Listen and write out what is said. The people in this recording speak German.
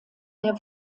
der